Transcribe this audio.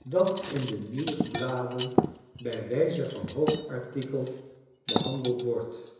dat in de nieuwsbladen bij wijze van hoofdartikel behandeld wordt